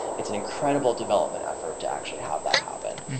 it's an incredible development effort to actually have that happen.